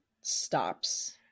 stops